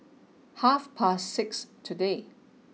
half past six today